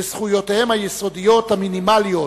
בין בחירות לבחירות,